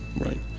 Right